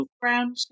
Brown